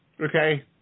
okay